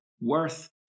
worth